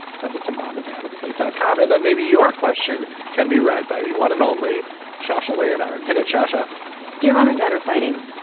send it to mom and dad at slate dot com and then maybe your question can be read by the one and only shasha leonhard hided shasha dear mom and dad are fighting.